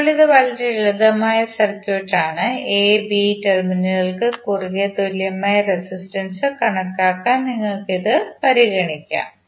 ഇപ്പോൾ ഇത് വളരെ ലളിതമായ സർക്യൂട്ടാണ് എ ബി ടെർമിനലുകൾക് കുറുകേ തുല്യമായ റെസിസ്റ്റൻസ് കണക്കാക്കാൻ നിങ്ങൾക്ക് ഇത് പരിഗണിക്കാം